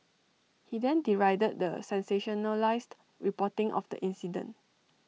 he then derided the sensationalised reporting of the incident